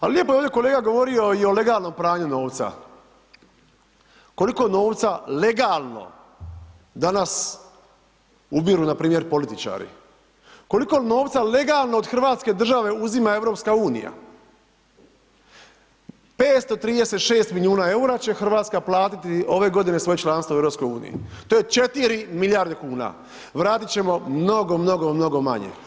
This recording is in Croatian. Ali lijepo je ovdje kolega govorio i o legalnom pranju novca, koliko novca legalno danas ubiru npr. političari, koliko novca legalno od hrvatske države uzima EU, 536 milijuna EUR-a će Hrvatska platiti ove godine svoje članstvo u EU, to je 4 milijarde kuna, vratit ćemo mnogo, mnogo, mnogo manje.